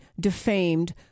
defamed